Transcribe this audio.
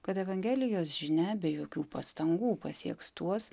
kad evangelijos žinia be jokių pastangų pasieks tuos